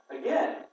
again